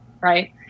Right